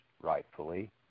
rightfully